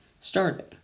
started